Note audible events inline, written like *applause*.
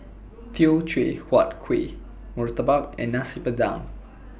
*noise* Teochew Huat Kuih Murtabak and Nasi Padang